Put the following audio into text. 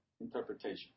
interpretation